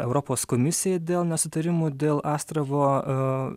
europos komisijai dėl nesutarimų dėl astravo